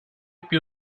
più